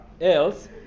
else